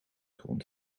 grond